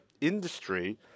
industry